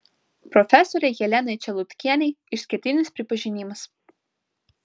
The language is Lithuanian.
profesorei jelenai čelutkienei išskirtinis pripažinimas